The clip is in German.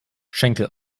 schenkel